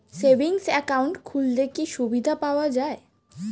Savings account খুললে কি সুবিধা পাওয়া যায়?